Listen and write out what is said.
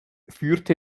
führte